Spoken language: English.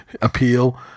appeal